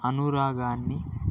అనురాగాన్ని